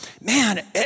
man